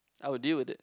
I would deal with it